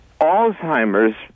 Alzheimer's